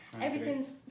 everything's